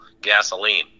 gasoline